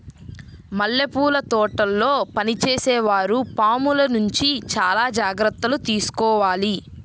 మల్లెపూల తోటల్లో పనిచేసే వారు పాముల నుంచి చాలా జాగ్రత్తలు తీసుకోవాలి